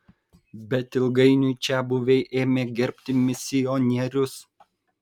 bet ilgainiui čiabuviai ėmė gerbti misionierius